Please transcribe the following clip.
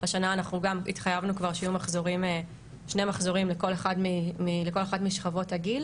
השנה אנחנו גם התחייבנו כבר שיהיו שני מחזורים לכל אחת משכבות הגיל